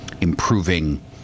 improving